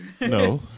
No